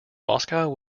moscow